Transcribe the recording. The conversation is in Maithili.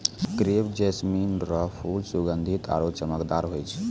क्रेप जैस्मीन रो फूल सुगंधीत आरु चमकदार होय छै